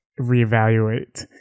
reevaluate